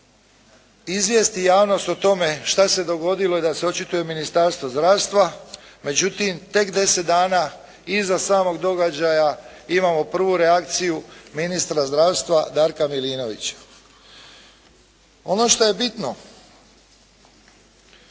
izvijesti javnost o tome šta se dogodilo i da se očituje Ministarstvo zdravstva međutim tek 10 dana iza samog događaja imamo prvu reakciju ministra zdravstva Darka Milinovića. Ono što je bitno